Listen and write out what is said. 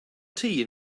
tea